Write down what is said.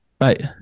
right